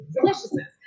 Deliciousness